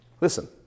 Listen